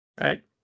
Right